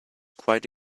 quite